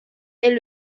est